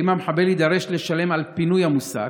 האם המחבל יידרש לשלם על הפינוי המוסק?